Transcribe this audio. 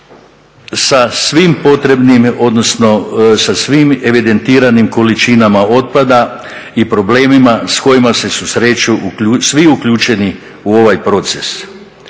sa svim potrebnim odnosno sa svim evidentiranim količinama otpada i problemima s kojima se susreću svi uključeni u ovaj proces.